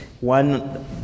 one